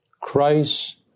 Christ